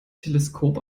teleskop